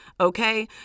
Okay